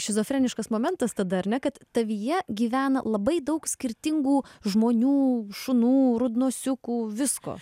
šizofreniškas momentas tada ar ne kad tavyje gyvena labai daug skirtingų žmonių šunų rudnosiukų visko